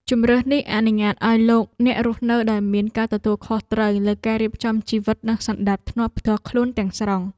ជម្រើសនេះអនុញ្ញាតឱ្យលោកអ្នករស់នៅដោយមានការទទួលខុសត្រូវលើការរៀបចំជីវិតនិងសណ្ដាប់ធ្នាប់ផ្ទាល់ខ្លួនទាំងស្រុង។